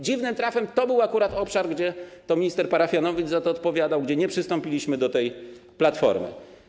Dziwnym trafem to był akurat obszar, gdzie to minister Parafianowicz za to odpowiadał, za to, że nie przystąpiliśmy do tej platformy.